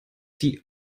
die